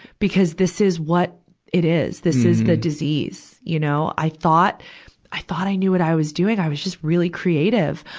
because this is what it is. this is the disease. you know, i thought i thought i knew what i was doing. i was just really creative.